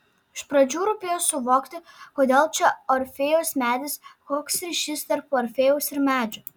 iš pradžių rūpėjo suvokti kodėl čia orfėjaus medis koks ryšys tarp orfėjaus ir medžio